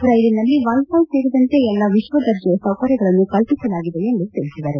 ರೈಲಿನಲ್ಲಿ ವೈಫೈ ಸೇರಿದಂತೆ ಎಲ್ಲ ವಿಶ್ವದರ್ಜೆಯ ಸೌಕರ್ಯಗಳನ್ನು ಕಲ್ಪಿಸಲಾಗಿದೆ ಎಂದು ತಿಳಿಸಿದರು